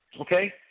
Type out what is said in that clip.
Okay